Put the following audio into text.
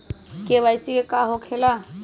KYC का हो के ला?